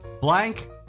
blank